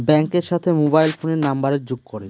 ব্যাঙ্কের সাথে মোবাইল ফোনের নাম্বারের যোগ করে